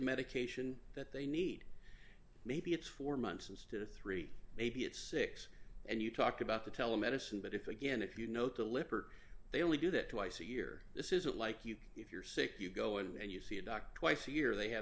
medication that they need maybe it's four months instead of three maybe it's six and you talk about the telemedicine but if again if you know to lippert they only do that twice a year this isn't like you if you're sick you go and you see a doc twice a year they have